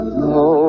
no